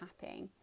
happy